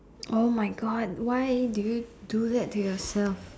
!oh-my-God! why do you do that to yourself